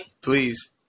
please